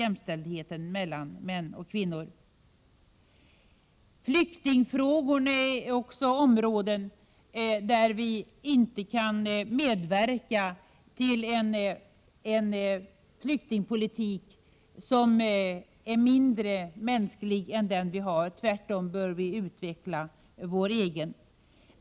Flyktingfrågorna är också ett angeläget område. Vi kan inte medverka till en flyktingpolitik som är mindre mänsklig än den vi har. Tvärtom bör vi utveckla vår egen.